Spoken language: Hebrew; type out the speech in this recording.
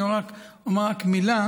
אני רק אומר מילה.